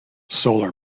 solar